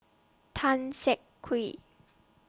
Tan Siak Kew